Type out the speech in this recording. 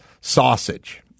sausage